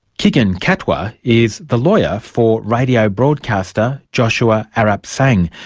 kigen katwa is the lawyer for radio broadcaster joshua arap sang,